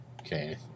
Okay